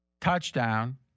touchdown